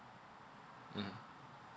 mmhmm